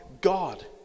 God